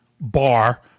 bar